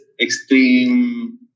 extreme